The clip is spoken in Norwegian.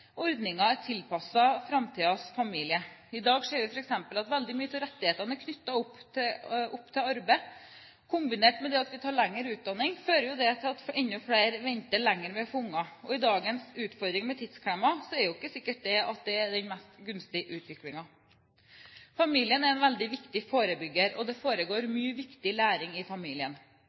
er tilpasset framtidens familier. I dag ser vi f.eks. at veldig mye rettigheter som er knyttet opp til arbeid, kombinert med at vi tar lengre utdanning, fører til at enda flere venter lenger med å få barn. I dagens utfordringer med tidsklemma er det jo ikke sikkert at det er den mest gunstige utviklingen. Familien er en veldig viktig forebygger, og det foregår mye viktig læring i familien.